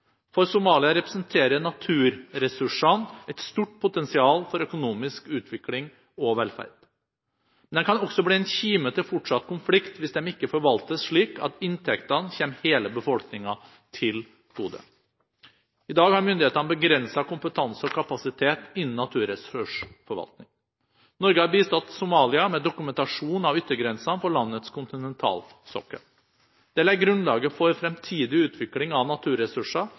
For Somalia representerer naturressursene et stort potensial for økonomisk utvikling og velferd. Men de kan også bli en kime til fortsatt konflikt hvis de ikke forvaltes slik at inntektene kommer hele befolkningen til gode. I dag har myndighetene begrenset kompetanse og kapasitet innenfor naturressursforvaltning. Norge har bistått Somalia med dokumentasjon av yttergrensene for landets kontinentalsokkel. Det legger grunnlaget for fremtidig utvikling av naturressurser